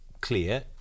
clear